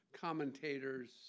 commentators